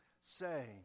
say